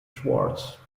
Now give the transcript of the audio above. schwartz